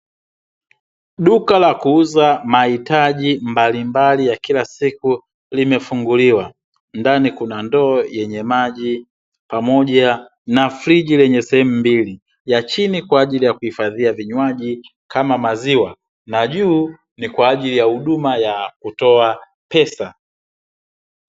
Duka la kuuza mahitaji mbalimbali ya kila siku limefunguliwa, ndani kuna ndoo yenye maji pamoja na friji lenye sehemu mbili; ya chini kwa ajili ya kuhifadhia vinywaji kama maziwa, na juu ni kwa ajili ya huduma ya kutoa pesa.